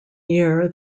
year